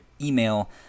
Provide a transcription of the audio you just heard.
email